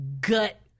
gut